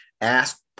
ask